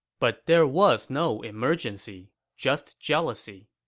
but there was no emergency, just jealousy